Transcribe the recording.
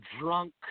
drunk